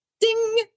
ding